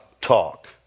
talk